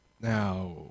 Now